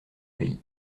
pays